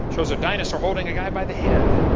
shows a dinosaur holding a guy by the head.